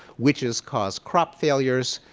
witches cause crop failures,